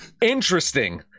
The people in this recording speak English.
Interesting